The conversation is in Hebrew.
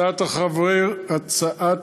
הצעת